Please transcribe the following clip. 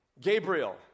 Gabriel